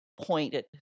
pointed